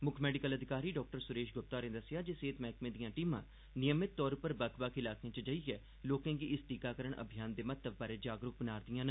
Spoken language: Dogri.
मुक्ख मैडिकल अधिकारी डाक्टर सुरेश गुप्ता होरें दस्सेआ ऐ जे सेहत मैह्कमे दिआ टीमां नियमित तौर उप्पर बक्ख बक्ख इलाकें च जाइयै लोकें गी इस टीकाकरण अभियान दे महत्व बारै जागरूक बना'रदे न